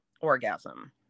orgasm